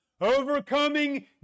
Overcoming